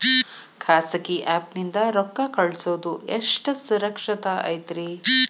ಖಾಸಗಿ ಆ್ಯಪ್ ನಿಂದ ರೊಕ್ಕ ಕಳ್ಸೋದು ಎಷ್ಟ ಸುರಕ್ಷತಾ ಐತ್ರಿ?